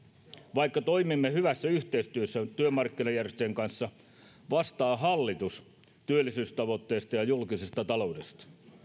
vaikka toimimme hyvässä yhteistyössä työmarkkinajärjestöjen kanssa vastaa hallitus työllisyystavoitteesta ja julkisesta taloudesta